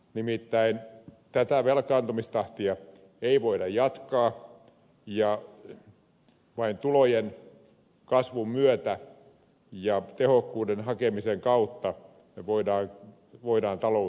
nimittäin tätä velkaantumistahtia ei voida jatkaa ja vain tulojen kasvun myötä ja tehokkuuden hakemisen kautta voimme taloutta tasapainottaa